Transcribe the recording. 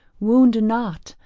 wound not,